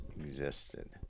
existed